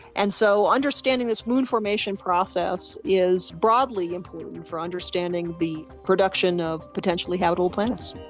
and so understanding this moon formation process is broadly important for understanding the production of potentially habitable planets.